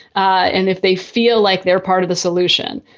and if they feel like they're part of the solution,